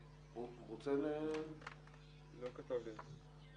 ועט של חודשים ולא זכאים לקבל דמי אבטלה או